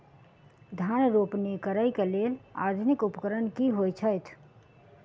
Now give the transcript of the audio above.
धान रोपनी करै कऽ लेल आधुनिक उपकरण की होइ छथि?